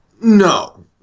No